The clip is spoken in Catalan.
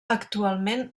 actualment